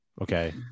Okay